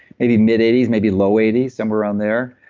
maybe mid eighty s, maybe low eighty somewhere around there.